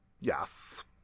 Yes